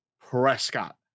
Prescott